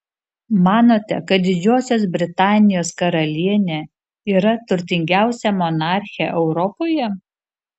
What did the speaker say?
manote kad didžiosios britanijos karalienė yra turtingiausia monarchė europoje